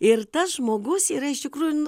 ir tas žmogus yra iš tikrųjų